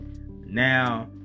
Now